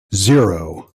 zero